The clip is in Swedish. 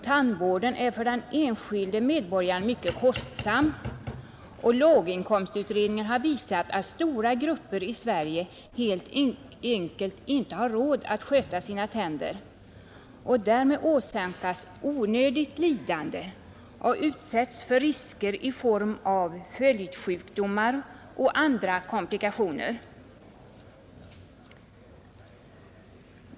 Tandvården är för den enskilde medborgaren mycket kostsam, och låginkomstutredningen har visat att stora grupper i Sverige helt enkelt inte har råd att sköta sina tänder och därmed åsamkas onödigt lidande och utsättes för risker i form av följdsjukdomar och andra komplikationer.